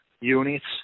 units